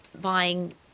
buying